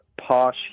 posh